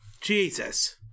Jesus